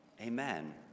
Amen